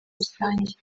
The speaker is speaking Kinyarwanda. rusange